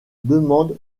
demande